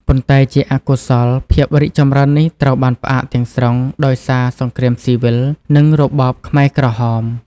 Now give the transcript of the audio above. ប៉ុន្តែជាអកុសល ភាពរីកចម្រើននេះត្រូវបានផ្អាកទាំងស្រុងដោយសារសង្គ្រាមស៊ីវិល និងរបបខ្មែរក្រហម។